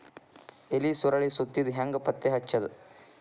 ಎಲಿ ಸುರಳಿ ಸುತ್ತಿದ್ ಹೆಂಗ್ ಪತ್ತೆ ಹಚ್ಚದ?